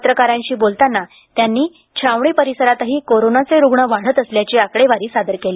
पत्रकारांशी बोलताना त्यांनी छावणी परिसरातही कोरोनाचे रुग्ण वाढत असल्याची आकडेवारी सादर केली